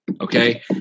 Okay